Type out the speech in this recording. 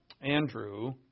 Andrew